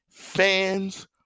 Fans